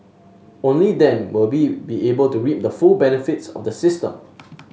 only then will be be able to reap the full benefits of the system